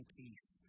peace